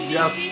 Yes